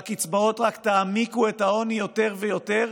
בקצבאות רק תעמיקו את העוני יותר ויותר,